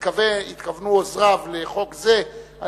ועוזריו התכוונו לחוק זה,